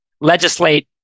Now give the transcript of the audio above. legislate